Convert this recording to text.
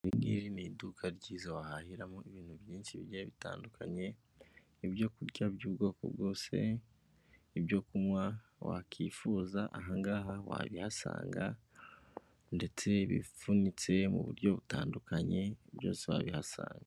Iri ngiri ni iduka ryiza wahahiramo ibintu byinshi bigiye bitandukanye, ibyo kurya by'ubwoko bwose, ibyo kunywa wakwifuza aha ngaha wabihasanga, ndetse bipfunyitse mu buryo butandukanye, byose wabihasanga.